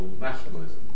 nationalism